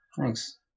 Thanks